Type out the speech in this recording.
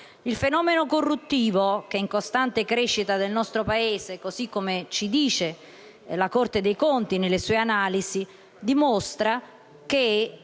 Il fenomeno corruttivo, che è in costante crescita in Italia, così come ci indica la Corte dei conti nelle sue analisi, dimostra che